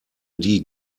die